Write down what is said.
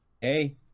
hey